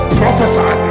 prophesy